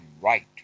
right